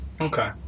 Okay